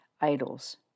idols